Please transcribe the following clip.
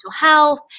health